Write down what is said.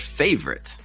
favorite